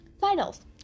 finals